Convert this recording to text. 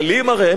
הם אומללים?